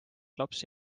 lapsi